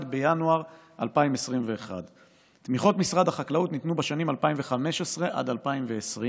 בינואר 2021. תמיכות משרד החקלאות ניתנו בשנים 2015 עד 2020,